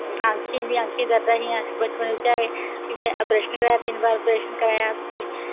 अक्खियें दर्दां हियां बचपन बिच्चा गै फ्ही में आपरेशन कराया तिन्न बारां अपरेशन कराया